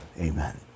amen